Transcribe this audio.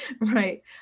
right